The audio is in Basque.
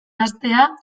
hastea